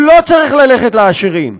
הוא לא צריך ללכת לעשירים,